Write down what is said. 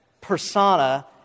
persona